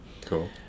Cool